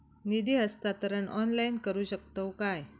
निधी हस्तांतरण ऑनलाइन करू शकतव काय?